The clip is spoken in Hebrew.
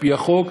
על-פי החוק,